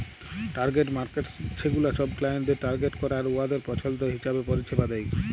target markets ছেগুলা ছব ক্লায়েন্টদের টার্গেট ক্যরে আর উয়াদের পছল্দ হিঁছাবে পরিছেবা দেয়